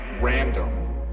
random